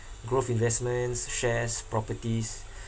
growth investments shares properties